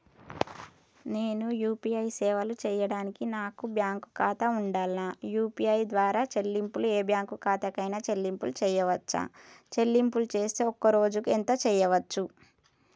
నేను యూ.పీ.ఐ సేవలను చేయడానికి నాకు బ్యాంక్ ఖాతా ఉండాలా? యూ.పీ.ఐ ద్వారా చెల్లింపులు ఏ బ్యాంక్ ఖాతా కైనా చెల్లింపులు చేయవచ్చా? చెల్లింపులు చేస్తే ఒక్క రోజుకు ఎంత చేయవచ్చు?